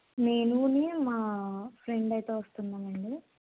నేను నీ మా ఫ్రెండ్ అయితే వస్తున్నామండి